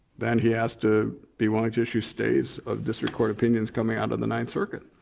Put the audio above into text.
then he has to be willing to issue stays of district court opinions coming out of the ninth circuit.